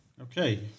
okay